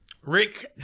Rick